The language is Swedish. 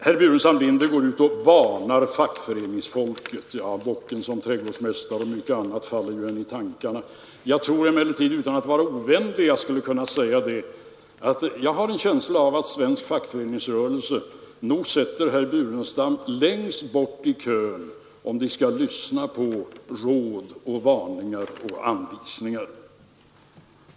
Herr Burenstam Linder varnar nu fackföreningsfolket — ja, bocken som trädgårdsmästare och mycket annat faller en i tankarna. Jag tror emellertid att jag utan att vara ovänlig skulle kunna säga att jag har en känsla av att svensk fackföreningsrörelse sätter herr Burenstam Linder längst bort i kön om det gäller att lyssna på råd, varningar och anvisningar.